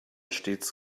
stets